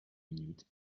minutes